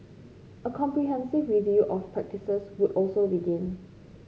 a comprehensive review of practices would also begin